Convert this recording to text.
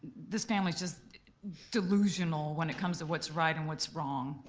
this family's just delusional when it comes to what's right and what's wrong.